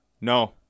No